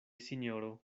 sinjoro